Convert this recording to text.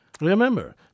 Remember